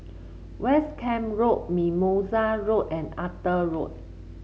West Camp Road Mimosa Road and Arthur Road